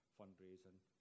fundraising